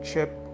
Chip